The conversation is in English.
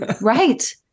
Right